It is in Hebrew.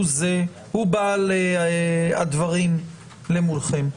הוא בעל הדברים מולכם.